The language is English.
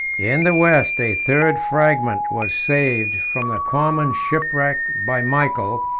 in the west, a third fragment was saved from the common shipwreck by michael,